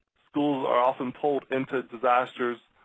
schools are often pulled into disasters